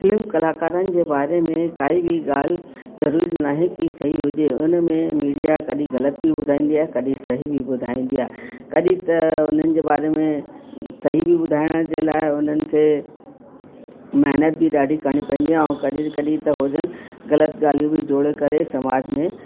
film कलाकारनि जे बारे में काई बी ॻाल्हि ज़रूरी नाहे कि सही हुजे उनमें मीडिया कॾहिं ग़लति बि ॿुधाईंदी आहे कॾहिं सही बि ॿुधाईंदी आहे कॾहिं त उन्हनि जे बारे में सही बि ॿुधायण जे लाइ उन्हनि खे महिनत बि ॾाढी करिणी पईंदी आहे ऐं कॾहिं कॾहिं त हो जन ग़लति ॻाल्हियूं बि जोड़े करे समाज में